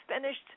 finished